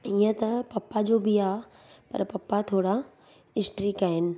ईअं त पप्पा जो बि आहे पर पप्पा थोरा स्ट्रिक आहिनि